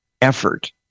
effort